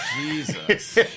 Jesus